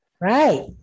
Right